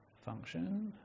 function